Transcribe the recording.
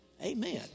Amen